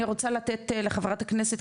אני רוצה לתת לחברת הכנסת,